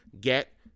get